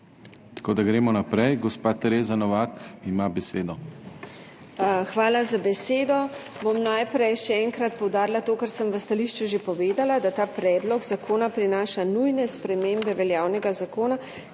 tako da gremo naprej. Gospa Tereza Novak ima besedo. TEREZA NOVAK (PS Svoboda): Hvala za besedo. Bom najprej še enkrat poudarila to, kar sem v stališču že povedala, da ta predlog zakona prinaša nujne spremembe veljavnega zakona,